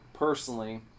personally